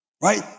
right